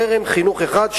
זרם חינוך אחד,